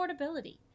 affordability